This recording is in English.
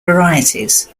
varieties